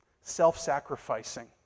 self-sacrificing